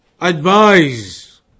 advise